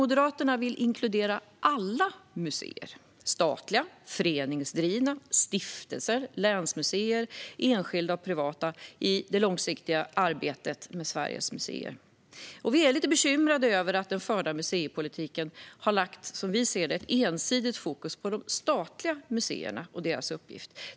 Moderaterna vill inkludera alla museer - statliga, föreningsdrivna, stiftelser, länsmuseer, enskilda och privata - i det långsiktiga arbetet med Sveriges museer. Vi är lite bekymrade över att den förda museipolitiken har haft ett som vi ser det ensidigt fokus på de statliga museerna och deras uppgift.